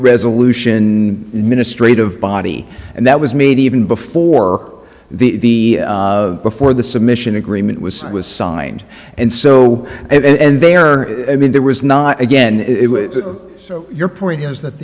resolution ministry of body and that was made even before the before the submission agreement was was signed and so and they are i mean there was not again so your point is that